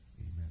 Amen